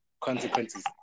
consequences